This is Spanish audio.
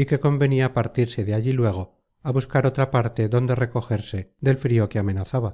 y que convenia partirse de allí luego á buscar otra parte donde recogerse del frio que amenazaba